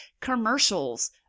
Commercials